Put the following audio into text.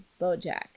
Bojack